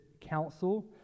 council